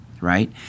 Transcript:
Right